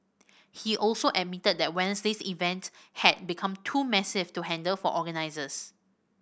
he also admitted that Wednesday's event had become too massive to handle for organisers